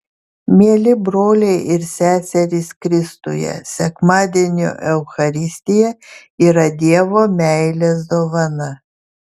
mieli broliai ir seserys kristuje sekmadienio eucharistija yra dievo meilės dovana